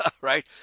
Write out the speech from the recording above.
right